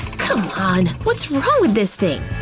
c'mon, what's wrong with this thing?